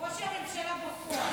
ראש הממשלה בפועל.